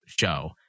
show